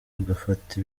agafata